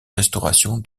restauration